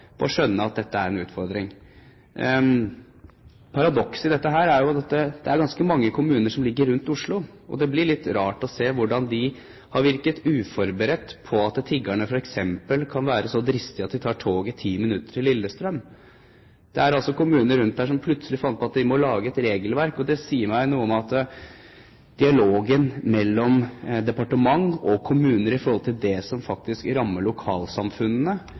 å skjønne at dette er en utfordring. Paradokset i dette er jo at det er ganske mange kommuner som ligger rundt Oslo, så det blir litt rart å se hvordan de har virket uforberedt på at tiggerne f.eks. kan være så dristige at de tar toget i 10 minutter til Lillestrøm. Det er altså kommuner rundt Oslo som plutselig fant ut at de må lage et regelverk. Det sier noe om at dialogen mellom departement og kommuner om det som faktisk rammer lokalsamfunnene,